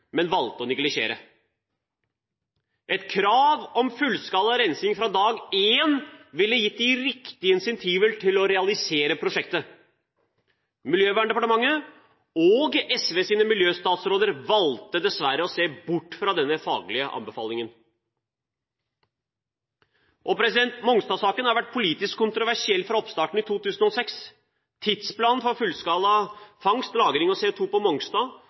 men som den valgte å neglisjere. Et krav om fullskala rensing fra dag én ville gitt de riktige insentiver til å realisere prosjektet. Miljøverndepartementet og SVs miljøstatsråder valgte dessverre å se bort fra denne faglige anbefalingen. Mongstad-saken har vært politisk kontroversiell fra oppstarten i 2006. Tidsplanen for fullskala fangst og lagring av CO2 på Mongstad